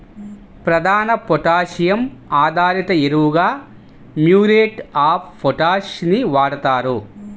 ప్రధాన పొటాషియం ఆధారిత ఎరువుగా మ్యూరేట్ ఆఫ్ పొటాష్ ని వాడుతారు